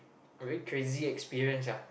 a very crazy experience ya